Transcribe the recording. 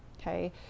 Okay